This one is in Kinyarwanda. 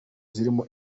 zirimo